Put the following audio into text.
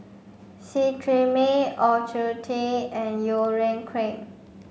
Cetrimide Ocuvite and Urea Cream